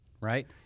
right